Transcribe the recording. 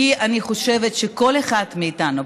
כי אני חושבת שכל אחד מאיתנו,